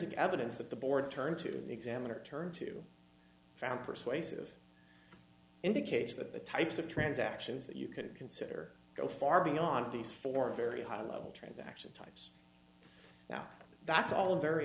c evidence that the board turn to the examiner turned to found persuasive indication that the types of transactions that you could consider go far beyond these four very high level transaction type now that's all very